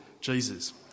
Jesus